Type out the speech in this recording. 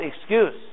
excuse